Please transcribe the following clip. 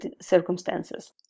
circumstances